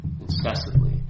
incessantly